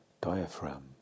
diaphragm